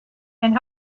and